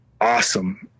awesome